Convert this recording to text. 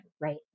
right